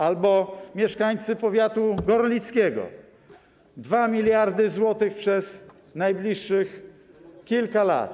Albo mieszkańcy powiatu gorlickiego - 2 mld zł przez najbliższych kilka lat.